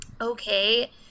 okay